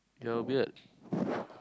you're weird